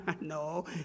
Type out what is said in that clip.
No